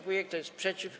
Kto jest przeciw?